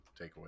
takeaway